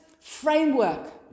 framework